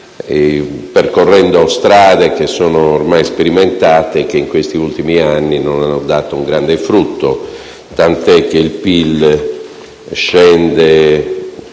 percorrendo strade che sono ormai sperimentate e che in questi ultimi anni non hanno dato un grande frutto, tant'è vero che il PIL scende